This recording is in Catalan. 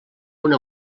una